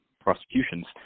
prosecutions